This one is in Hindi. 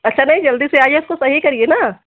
अच्छा नही जल्दी से आईए इसको सही करिए ना